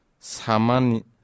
samani